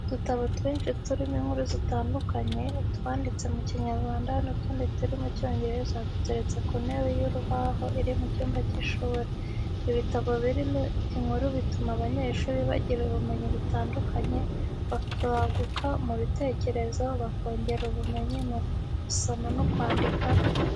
Udutabo twinshi turimo inkuru zitandukanye, utwanditse mu Kinyarwanda n'utundi turi mu Cyongereza duteretse ku ntebe y'urubaho iri mu cyumba cy'ishuri. Ibitabo birimo inkuru bituma abanyeshuri bagira ubumenyi butandukanye, bakaguka mu bitekerezo, bakongera ubumenyi mu gusoma no kwandika,